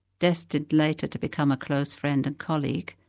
destined later to become a close friend and colleague,